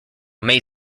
may